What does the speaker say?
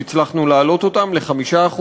שהצלחנו להעלות, ל-5%.